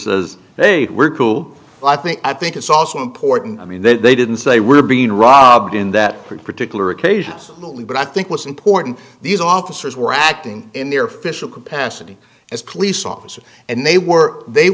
as they were cool i think i think it's also important i mean that they didn't say we're being robbed in that particular occasions but i think what's important these officers were acting in their fishel capacity as police officers and they were they